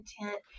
intent